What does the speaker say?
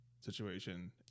situation